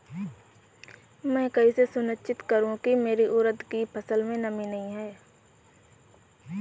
मैं कैसे सुनिश्चित करूँ की मेरी उड़द की फसल में नमी नहीं है?